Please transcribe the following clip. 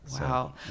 Wow